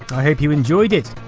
i hope you enjoyed it.